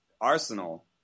arsenal